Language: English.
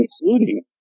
including